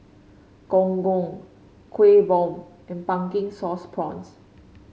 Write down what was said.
Gong Gong Kueh Bom and Pumpkin Sauce Prawns